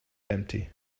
empty